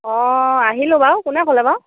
অঁ আহিলোঁ বাৰু কোনে ক'লে বাৰু